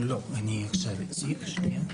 לא, אני עכשיו אציג.